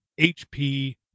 HP